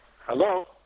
Hello